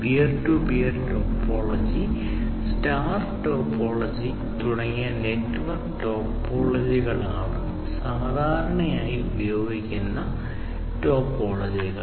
peer to peer topology star topology തുടങ്ങിയ network ടോപ്പോളജികളാണ് സാധാരണയായി ഉപയോഗിക്കുന്ന ടോപ്പോളജികൾ